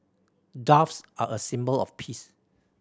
doves are a symbol of peace